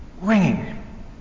ringing